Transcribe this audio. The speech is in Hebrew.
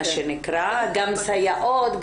גם סייעות,